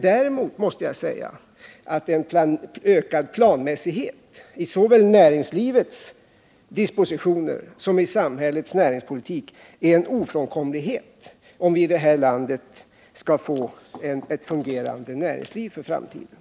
Däremot måste jag säga att en större planmässighet såväl i näringslivets dispositioner som i samhällets näringspolitik är en ofrånkomlighet, om vi i framtiden skall kunna få ett fungerande näringsliv i det här landet.